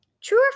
True